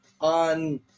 on